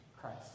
Christ